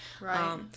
Right